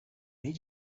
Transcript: need